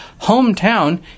hometown